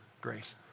grace